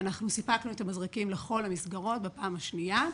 ואנחנו סיפקנו את המזרקים לכל המסגרות בפעם השנייה.